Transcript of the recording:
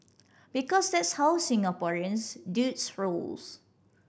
because that's how Singaporeans dudes rolls